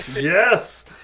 Yes